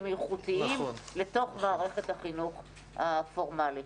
איכותיים לתוך מערכת החינוך הפורמאלית.